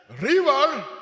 river